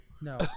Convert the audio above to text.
No